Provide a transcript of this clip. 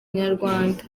inyarwanda